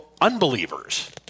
unbelievers